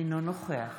אינו נוכח